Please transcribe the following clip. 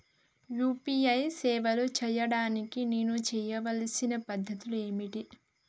UPI సేవలు చేయడానికి నేను చేయవలసిన పద్ధతులు ఏమిటి?